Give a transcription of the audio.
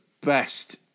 best